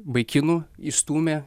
vaikinų išstūmė